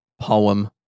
poem